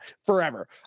forever